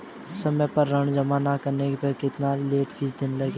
समय पर ऋण जमा न करने पर कितनी लेट फीस लगेगी?